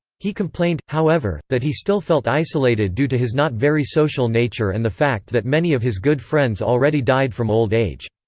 he complained, however, that he still felt isolated due to his not very social nature and the fact that many of his good friends already died from old age.